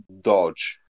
Dodge